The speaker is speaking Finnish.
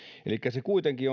elikkä kuitenkin